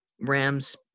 Rams